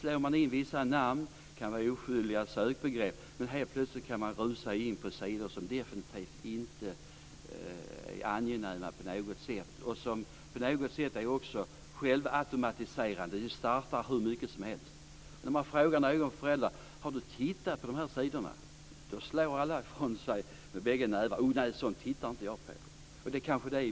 När man använder vissa oskyldiga sökbegrepp kan man plötsligt rusa in på sidor som definitivt inte är angenäma. Dessa sidor kan sedan vara självautomatiserande och kan starta hur mycket annat som helst. Om man frågar föräldrar om de har tittat på dessa sidor slår alla ifrån sig och säger att de inte tittar på sådant.